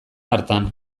hartan